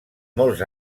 molts